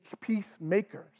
peacemakers